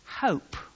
Hope